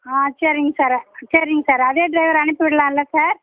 ஆ சரிங்க சார் சரிங்க சார் அதே டிரைவரை அனுப்பி விடலால்ல சார்